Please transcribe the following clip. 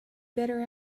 better